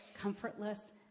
comfortless